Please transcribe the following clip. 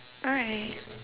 alright